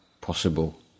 possible